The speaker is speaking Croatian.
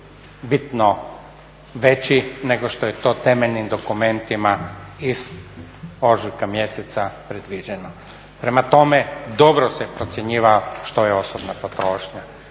bitno veći nego što je to u temeljnim dokumentima iz ožujka mjeseca predviđeno. Prema tome dobro se procjenjuje što je osobna potrošnja.